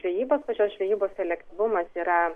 žvejyba pačios žvejybos selektyvumas yra